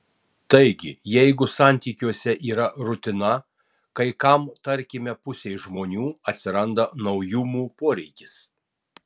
taigi jeigu santykiuose yra rutina kai kam tarkime pusei žmonių atsiranda naujumų poreikis